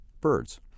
birds